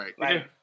Right